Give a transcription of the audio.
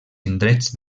indrets